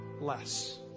less